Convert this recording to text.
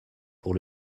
pour